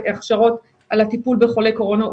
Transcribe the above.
והכשרות על הטיפול בחולי קורונה.